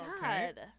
God